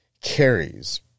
carries